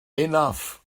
enough